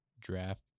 draft